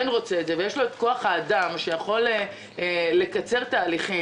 רוצה את זה ויש לו את כוח האדם שיכול לקצר תהליכים